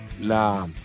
la